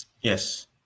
Yes